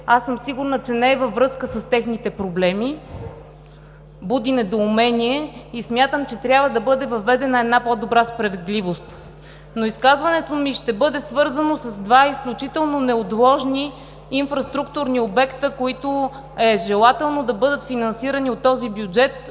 Аз съм сигурна, че не е във връзка с техните проблеми. Буди недоумение и смятам, че трябва да бъде въведена една по-добра справедливост. Но изказването ми ще бъде свързано с два изключително неотложни инфраструктурни обекта, които е желателно да бъдат финансирани от този бюджет